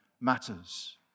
matters